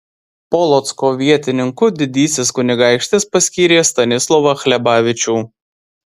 polocko vietininku didysis kunigaikštis paskyrė stanislovą hlebavičių